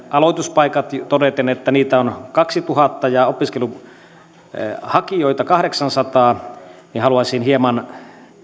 aloituspaikat todeten että niitä on kaksituhatta ja hakijoita kahdeksansataa niin haluaisin hieman